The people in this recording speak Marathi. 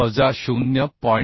वजा 0